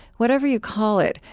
whatever you call it,